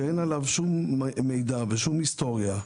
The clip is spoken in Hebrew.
שאין עליו שום מידע ושום היסטוריה,